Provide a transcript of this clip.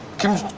kims.